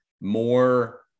more